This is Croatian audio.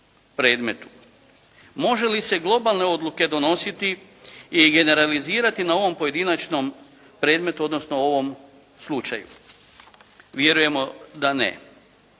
Može li se globalne odluke donositi i generalizirati na ovom pojedinačnom predmetu, odnosno ovom slučaju. Vjerujemo da ne.